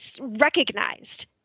recognized